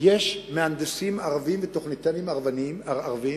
יש מהנדסים ערבים ותוכניתנים ערבים,